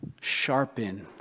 sharpen